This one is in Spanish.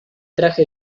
traje